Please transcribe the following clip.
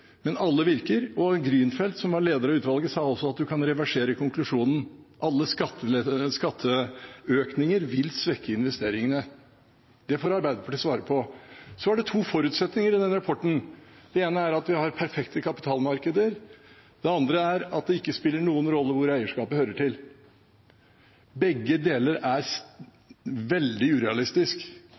men alle virker. Grünfeld, som var leder av utvalget, sa også at du kan reversere konklusjonen: Alle skatteøkninger vil svekke investeringene. Det får Arbeiderpartiet svare på. Det er to forutsetninger i den rapporten. Det ene er at vi har det perfekte kapitalmarkedet. Det andre er at det ikke spiller noen rolle hvor eierskapet hører til. Begge deler er veldig urealistisk